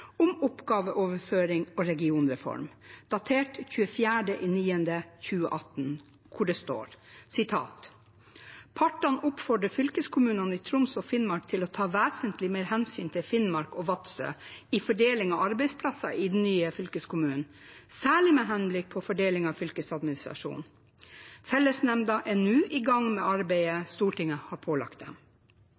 om oppgaveoverføring og regionreform», datert 24. september 2018, hvor det står: «Partene oppfordrer fylkeskommunene i Troms og Finnmark til å ta vesentlig mer hensyn til Finnmark og Vadsø i fordeling av arbeidsplasser i den nye fylkeskommunen, særlig med henblikk på fordeling av fylkesadministrasjonen.» Fellesnemnda er nå i gang med arbeidet Stortinget har pålagt